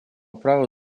праву